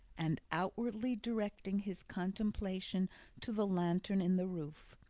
and outwardly directing his contemplation to the lantern in the roof,